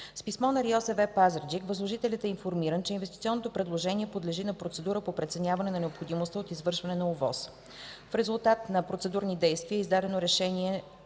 С писмо на РИОСВ – Пазарджик, възложителят е информиран, че инвестиционното предложение подлежи на процедура по преценяване на необходимостта от извършване на ОВОС. В резултат на регламентираните процедурни действия е издадено Решение